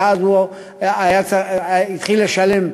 ואז הוא התחיל לשלם,